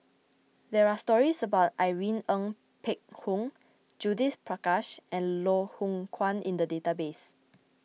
there are stories about Irene Ng Phek Hoong Judith Prakash and Loh Hoong Kwan in the database